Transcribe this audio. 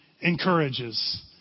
encourages